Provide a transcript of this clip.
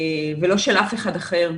ולא של אף אחד אחר,